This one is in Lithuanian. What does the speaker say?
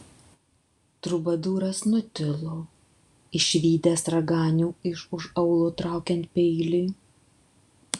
trubadūras nutilo išvydęs raganių iš už aulo traukiant peilį